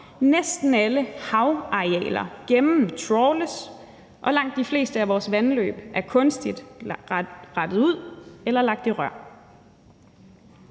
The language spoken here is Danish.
næsten alle havarealer gennemtrawles, og langt de fleste af vores vandløb er kunstigt rettet ud eller lagt i rør.